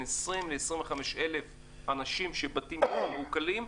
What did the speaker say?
20 ל-25 אלף אנשים שהבתים שלהם מעוקלים.